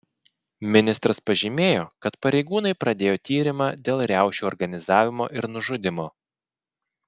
ministras pažymėjo kad pareigūnai pradėjo tyrimą dėl riaušių organizavimo ir nužudymo